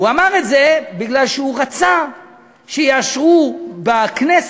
הוא אמר את זה כי הוא רצה שיאשרו בכנסת